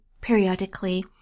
periodically